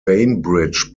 bainbridge